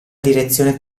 direzione